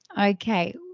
Okay